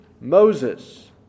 Moses